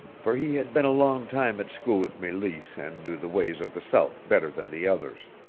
for he had been a long time at school with meleese and knew the ways of the south better than the others.